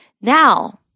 Now